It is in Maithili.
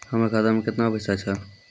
हमर खाता मैं केतना पैसा छह?